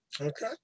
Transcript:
Okay